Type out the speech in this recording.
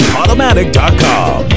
Automatic.com